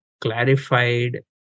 clarified